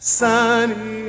sunny